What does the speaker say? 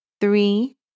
three